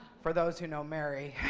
for those who know mary,